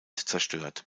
zerstört